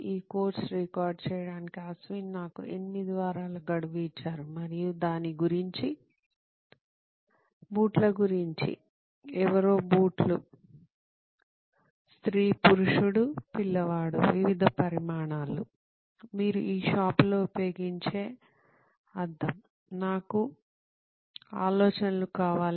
ఈ కోర్సును రికార్డ్ చేయడానికి అశ్విన్ నాకు 8 వారాలు ఇచ్చారు మరియు దాని గురించి బూట్ల గురించి ఎవరో బూట్లు బూట్లు స్త్రీ పురుషుడు పిల్లవాడు వివిధ పరిమాణాలు మీరు షూ షాపులో ఉపయోగించే అద్దం నాకు ఆలోచనలు కావాలి